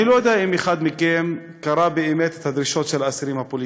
אני לא יודע אם אחד מכם קרא באמת את הדרישות של האסירים הפוליטיים.